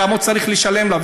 כמה הוא צריך לשלם לה,